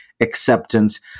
acceptance